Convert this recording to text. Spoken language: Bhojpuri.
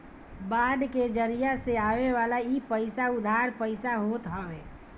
बांड के जरिया से आवेवाला इ पईसा उधार पईसा होत हवे